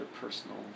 personal